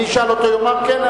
יאמר כן,